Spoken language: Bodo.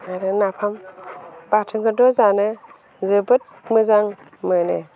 आरो नाफाम बाथोनखौथ' जानो जोबोद मोजां मोनो